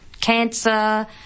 cancer